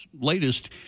latest